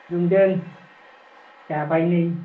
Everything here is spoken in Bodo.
दुंदों जाबाय नै